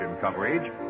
coverage